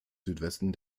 südwesten